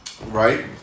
Right